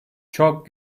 çok